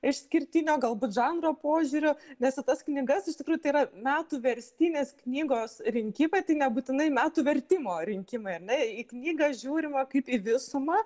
išskirtinio galbūt žanro požiūriu nes į tas knygas iš tikrųjų tai yra metų verstinės knygos rinkimai nebūtinai metų vertimo rinkimai ar ne į knygą žiūrima kaip į visumą